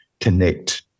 connect